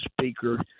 speaker